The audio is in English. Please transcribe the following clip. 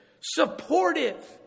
supportive